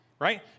right